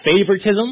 favoritism